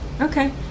Okay